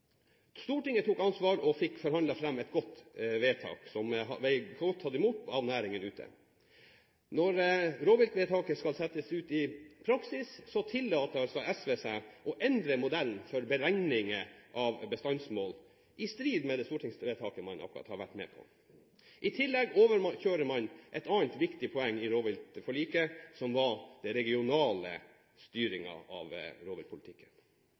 Stortinget tok ansvar og fikk forhandlet fram et godt vedtak som ble tatt godt imot av næringen ute. Når rovviltvedtaket skal settes ut i praksis, tillater SV seg å endre modellen for beregninger av bestandsmål i strid med det stortingsvedtaket man akkurat har vært med på. I tillegg overkjører man et annet viktig poeng i rovviltforliket, som er den regionale styringen av